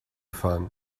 fahren